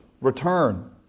Return